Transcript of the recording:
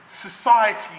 society